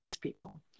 people